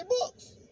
books